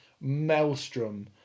maelstrom